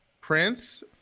Prince